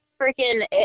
freaking